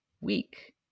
Week